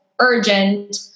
urgent